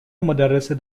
مدرس